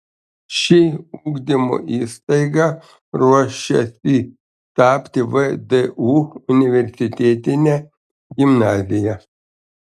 ši ugdymo įstaiga ruošiasi tapti vdu universitetine gimnazija